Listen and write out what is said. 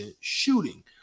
shooting